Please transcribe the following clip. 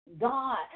God